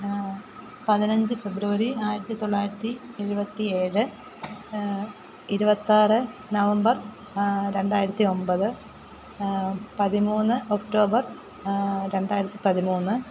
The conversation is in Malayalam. പതിനഞ്ച് ഫെബ്രുവരി ആയിരത്തി തൊള്ളായിരത്തി ഏഴുപത്തിഏഴ് ഇരുപത്താറ് നവംബർ രണ്ടായിരത്തി ഒൻപത് പതിമൂന്ന് ഒക്റ്റോബർ രണ്ടായിരത്തി പതിമൂന്ന്